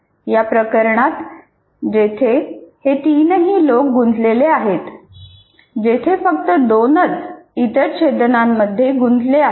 या प्रकरणात जिथे हे तीनही लोक गुंतलेले आहेत जिथे फक्त दोनच इतर छेदनांमध्ये गुंतले आहेत